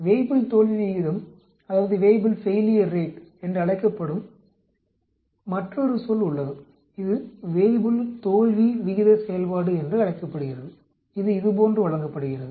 Weibull தோல்வி விகிதம் என்று அழைக்கப்படும் மற்றொரு சொல் உள்ளது இது வேய்புல் தோல்வி விகித செயல்பாடு என்று அழைக்கப்படுகிறது இது இதுபோன்று வழங்கப்படுகிறது